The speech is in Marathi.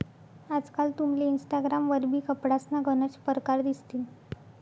आजकाल तुमले इनस्टाग्राम वरबी कपडासना गनच परकार दिसतीन